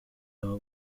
aho